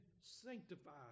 Sanctified